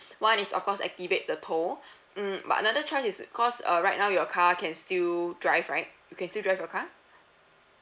one is of course activate the tow mm but another choice is cause uh right now your car can still drive right you can still drive your car